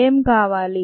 ఏం కావాలి